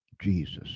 Jesus